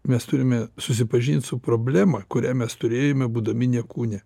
mes turime susipažinti su problema kurią mes turėjome būdami ne kūne